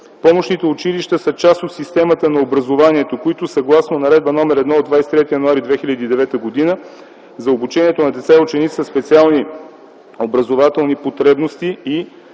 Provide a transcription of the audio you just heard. Помощните училища са част от системата на образованието, които съгласно Наредба № 1 от 23 януари 2009 г. за обучението на деца и ученици със специални образователни потребности